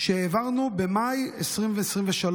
שהעברנו במאי 2023,